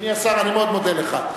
אדוני השר, אני מאוד מודה לך.